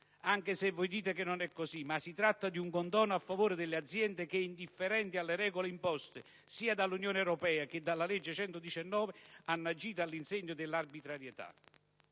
anche se voi dite che non è così, si tratta di un condono a favore delle aziende che, indifferenti alle regole imposte dall'Unione europea e dalla legge n. 119 del 2003, hanno agito all'insegna dell'arbitrarietà.